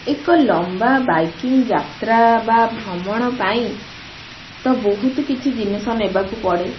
ଏକ ଲମ୍ବା ବାଇକିଙ୍ଗ ଯାତ୍ରା ବା ଭ୍ରମଣ ପାଇଁ ତ ବହୁତ କିଛି ଜିନିଷ ନେବାକୁ ପଡ଼େ